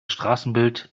straßenbild